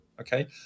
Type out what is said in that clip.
okay